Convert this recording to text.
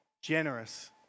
Generous